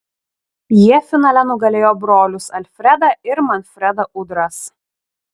jie finale nugalėjo brolius alfredą ir manfredą udras